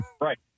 Right